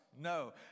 no